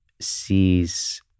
sees